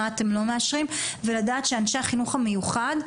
מה אתם לא מאשרים ולדעת שאנשי החינוך המיוחד,